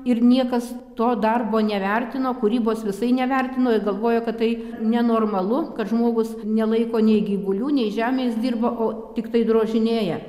ir niekas to darbo nevertino kūrybos visai nevertino ir galvojo kad tai nenormalu kad žmogus nelaiko nei gyvulių nei žemės dirba o tiktai drožinėja